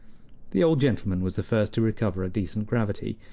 the old gentleman was the first to recover a decent gravity,